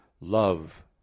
love